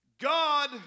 God